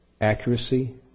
accuracy